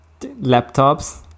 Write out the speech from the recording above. laptops